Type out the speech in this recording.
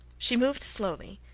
she moved slowly,